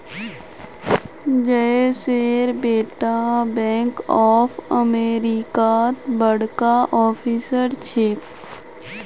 जयेशेर बेटा bank of अमेरिकात बड़का ऑफिसर छेक